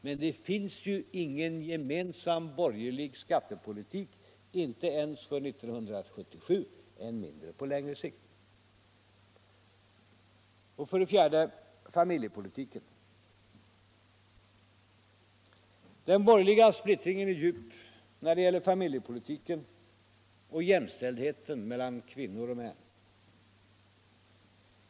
Men det finns ju ingen gemensam borgerlig skattepolitik, inte ens för 1977, än mindre på längre sikt. Den borgerliga splittringen är djup när det gäller familjepolitiken och jämställdheten mellan kvinnor och män.